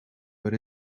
but